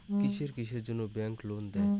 কিসের কিসের জন্যে ব্যাংক লোন দেয়?